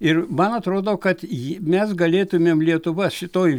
ir man atrodo kad jį mes galėtumėm lietuva šitoj